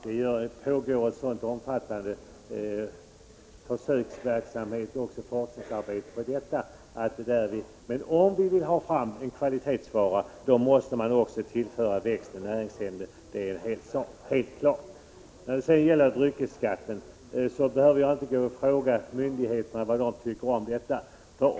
Det pågår en omfattande försöksverksamhet och ett forskningsarbete på detta område. För att få fram en kvalitetsvara måste alltså växten tillföras näringsämnen. Jag behöver inte fråga myndigheterna vad de tycker om dryckesskatten.